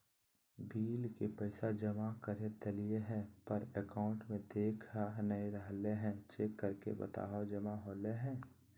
Bill के पैसा जमा कर देलियाय है पर अकाउंट में देखा नय रहले है, चेक करके बताहो जमा होले है?